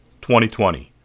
2020